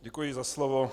Děkuji za slovo.